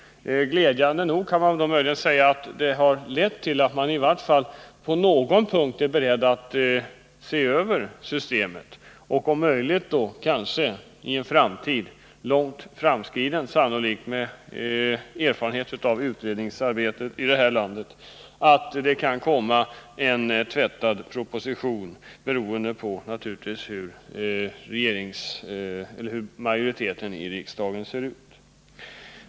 Glädjande nog, kan jag möjligen säga, har detta lett till att man åtminstone på någon punkt är beredd att se över systemet. Det kanske i en framtid — sannolikt mycket avlägsen, det tror jag med hänsyn till den erfarenhet jag har av utredningsarbetet i det här landet — kan komma en tvättad proposition. Hur är beroende på hur majoriteten i riksdagen ser ut.